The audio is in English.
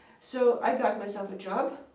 so i got myself a job.